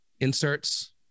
inserts